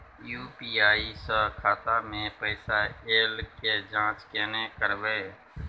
UPI स खाता मे पैसा ऐल के जाँच केने करबै?